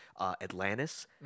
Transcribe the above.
Atlantis